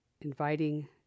inviting